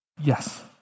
Yes